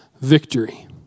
victory